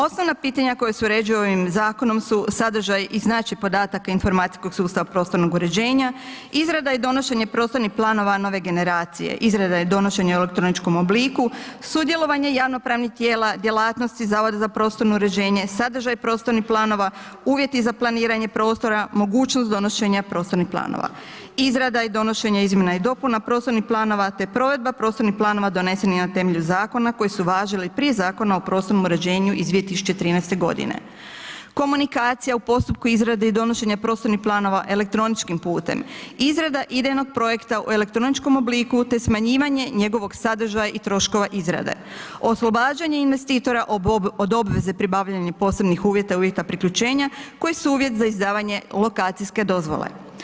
Osnovna pitanja koja se uređuju ovim zakonom su sadržaj i značaj podataka informacijskog sustava prostornog uređenja, izrada i donošenje prostornih planova nove generacije, izrada i donošenje u elektroničkom obliku, sudjelovanje javnopravnih tijela djelatnosti Zavoda za prostorno uređenje, sadržaj prostornih planova, uvjeti za planiranje prostora, mogućnost donošenja prostornih planova, izrada i donošenje izmjena i dopuna prostornih planova, te provedba prostornih planova donesenih na temelju zakona koji su važili prije Zakona o prostornom uređenju iz 2013.g. Komunikacija u postupku izrade i donošenja prostornih planova elektroničkim putem, izrada idejnog projekta u elektroničkom obliku, te smanjivanje njegovog sadržaja i troškova izrade, oslobađanje investitora od obveze pribavljanja posebnih uvjeta i uvjeta priključenja, koji su uvjet za izdavanje lokacijske dozvole.